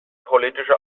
politische